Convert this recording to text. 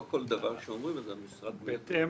לא כל דבר שאומרים אז המשרד מיד אשם או לא אשם.